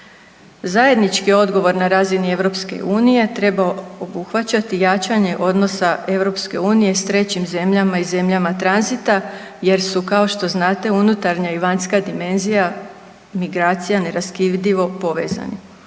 Zajednički odgovorna razini EU treba obuhvaćati jačanje odnosa EU s trećim zemljama i zemljama tranzita jer su kao što znate unutarnja i vanjska dimenzija migracija neraskidivo povezani.